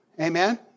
Amen